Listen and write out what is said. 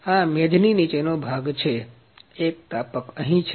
આ મેજની નીચે નો ભાગ છે એક તાપક અહીં છે